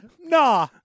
nah